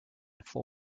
for